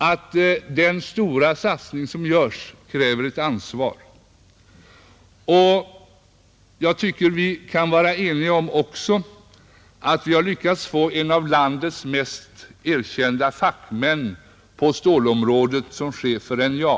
Givetvis betyder den stora satsning som här görs ett betydande ansvar, men vi kan säkerligen vara eniga om att vi också har lyckats få en av landets mest erkända fackmän på stålområdet som chef för NJA.